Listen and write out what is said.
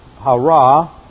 Hara